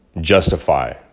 justify